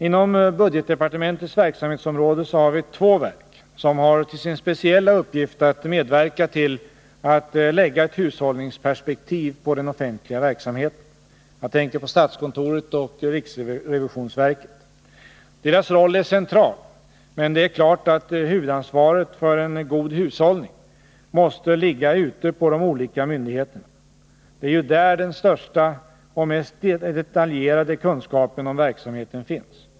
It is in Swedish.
Inom budgetdepartementets verksamhetsområde har vi två verk, som har till sin speciella uppgift att medverka till att lägga ett hushållningsperspektiv på den offentliga verksamheten. Jag tänker på statskontoret och riksrevisionsverket. Deras roll är central, men det är klart att huvudansvaret för en god hushållning måste ligga ute på de olika myndigheterna. Det är ju där den största och mest detaljerade kunskapen om verksamheten finns.